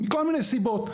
מכל מיני סיבות.